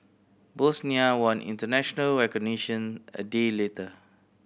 Bosnia won international recognition a day later